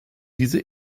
diese